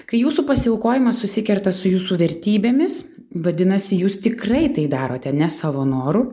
kai jūsų pasiaukojimas susikerta su jūsų vertybėmis vadinasi jūs tikrai tai darote ne savo noru